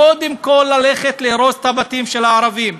קודם כול ללכת להרוס את הבתים של הערבים.